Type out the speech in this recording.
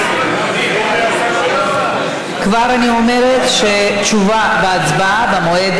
אני קובעת כי הצעת חוק הבנקאות (רישוי) (תיקון,